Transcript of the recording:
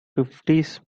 fifties